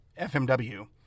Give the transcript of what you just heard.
FMW